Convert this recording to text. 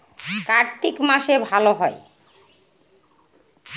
কার্তিক মাসে ভালো হয়?